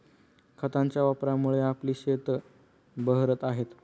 खतांच्या वापरामुळे आपली शेतं बहरत आहेत